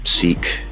seek